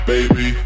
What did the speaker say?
Baby